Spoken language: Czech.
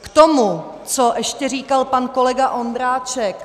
K tomu, co ještě říkal pan kolega Ondráček.